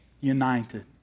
united